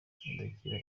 idakira